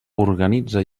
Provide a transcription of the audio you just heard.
organitza